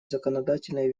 законодательной